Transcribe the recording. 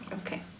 okay